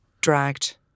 Dragged